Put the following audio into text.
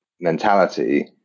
mentality